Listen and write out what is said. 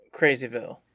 Crazyville